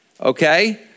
okay